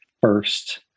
first